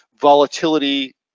volatility